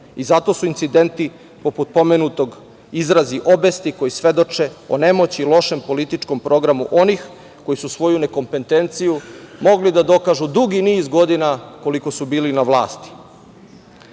I zato su incidenti poput pomenutog izrazi obesti koji svedoče o nemoći, lošem političkom programu onih koji su svoju nekompetenciju mogli da dokažu dugi niz godina koliko su bili na